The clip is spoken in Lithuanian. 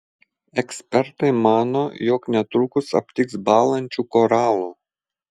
ekspertai mano jog netrukus aptiks bąlančių koralų